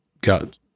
got